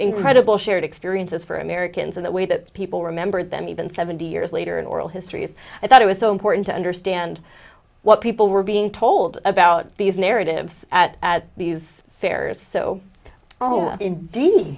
incredible shared experiences for americans in the way that people remember them even seventy years later in oral histories i thought it was so important to understand what people were being told about these narratives at these fairs so oh